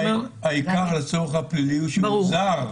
העיקר, לצורך הפלילי --- ברור.